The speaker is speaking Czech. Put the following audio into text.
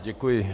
Děkuji.